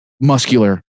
muscular